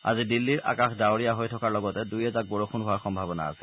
আজি দিল্লীৰ আকাশ ডাৱৰীয়া হৈ থকাৰ লগতে দুই এজাক বৰষুণ হোৱাৰ সম্ভাবনা আছে